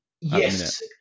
yes